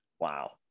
Wow